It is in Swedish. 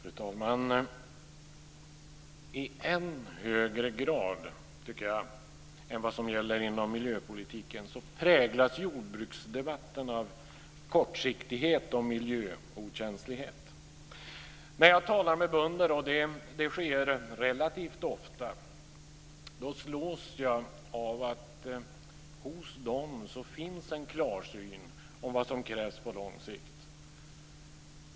Fru talman! I än högre grad än vad som gäller inom miljöpolitiken präglas jordbruksdebatten av kortsiktighet och miljöokänslighet. När jag talar med bönder - och det sker relativt ofta - slås jag av att hos dem finns en klarsyn om vad som krävs på lång sikt.